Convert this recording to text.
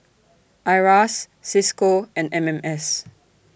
IRAS CISCO and M M S